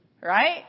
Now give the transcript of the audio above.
Right